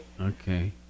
Okay